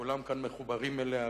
כולם כאן מחוברים אליה,